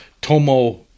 Tomo